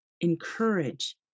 encourage